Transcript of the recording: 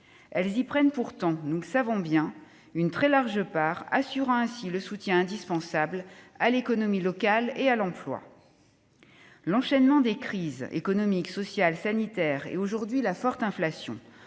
communes y prennent pourtant- nous le savons bien -une très large part, en apportant un soutien indispensable à l'économie locale et à l'emploi. L'enchaînement des crises économique, sociale et sanitaire, ainsi que la forte inflation